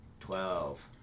Twelve